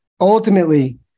ultimately